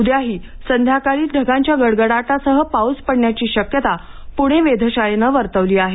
उद्याही संध्याकाळी ढगांच्या गडगडाटासह पाऊस पडण्याची शक्यता पूणे वेधशाळेने वर्तवली आहे